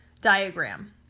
diagram